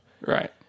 Right